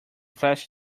flashy